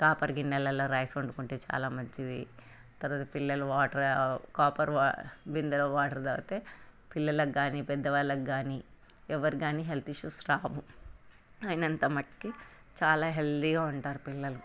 copper గిన్నెలలో rice వండుకుంటే చాలా మంచిది తర్వాత పిల్లలు వాటర్ కాపర్ వా బిందేలో వాటర్ తాగితే పిల్లలకు కాని పెద్దవాళ్ళకి కాని ఎవరికి కాని హెల్త్ ఇస్యూస్ రావు అయినంత మట్టికి చాలా హెల్తీగా ఉంటారు పిల్లలు